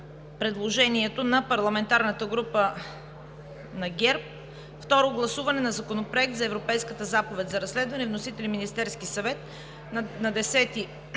предложението на парламентарната група на ГЕРБ – Второ гласуване на Законопроекта за Европейската заповед за разследване. Вносител: Министерският съвет на 10